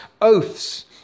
oaths